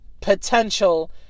potential